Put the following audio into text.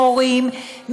מורים,